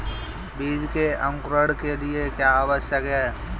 बीज के अंकुरण के लिए क्या आवश्यक है?